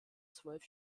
zwölf